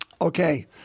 Okay